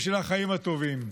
ושל החיים הטובים.